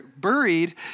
buried